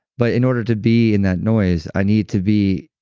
but in order to be in that noise, i need to be